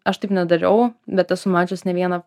aš taip nedariau bet esu mačius ne vieną